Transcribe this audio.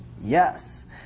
Yes